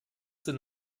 sind